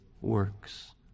works